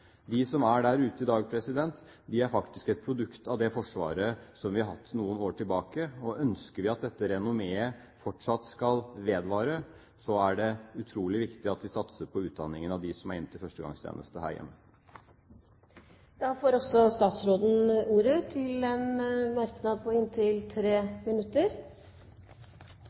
De som er der ute i dag, er faktisk et produkt av det Forsvaret som vi har hatt noen år tilbake, og ønsker vi at dette renommeet fortsatt skal vedvare, er det utrolig viktig at vi satser på utdanningen av dem som er inne til førstegangstjeneste her